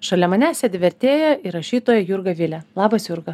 šalia manęs sėdi vertėja ir rašytoja jurga vilė labas jurga